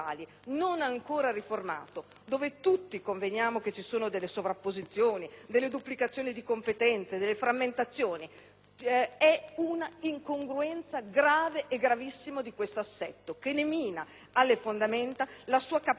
dove tutti conveniamo che ci sono sovrapposizioni, duplicazioni di competenze e frammentazioni. È un'incongruenza gravissima del disegno di legge, che ne mina alle fondamenta la capacità di innovazione e di riforma,